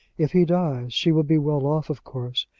if he dies, she will be well off, of course,